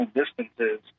distances